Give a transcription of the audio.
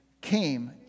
came